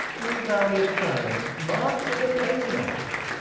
read thou this challenge mark but the penning of it.